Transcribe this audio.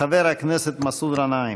חבר הכנסת מסעוד גנאים.